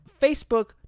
Facebook